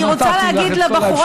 נתתי לך את כל האפשרות.